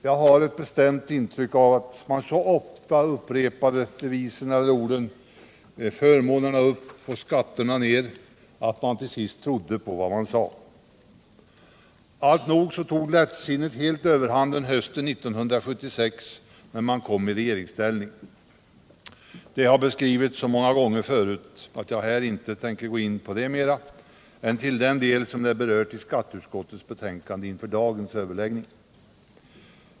Jag har ett bestämt intryck av att man så ofta upprepade orden ”förmånerna upp och skatterna ner” att man till sist trodde på vad man sade. Alltnog så tog lättsinnet helt överhanden hösten 1976 när man kom i regeringsställning. Detta har beskrivits så många gånger förut att jag här inte tänker gå in på det mera än till den del det är berört i skatteutskottets betänkanden inför dagens överläggning.